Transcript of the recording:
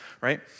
right